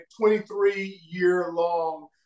23-year-long